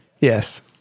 Yes